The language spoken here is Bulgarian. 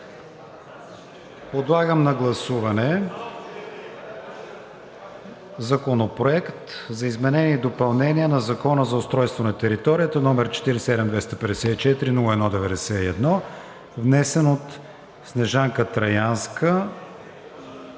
Подлагам на гласуване Законопроект за изменение и допълнение на Закона за устройство на територията, № 47 254 01 77, внесен от Владислав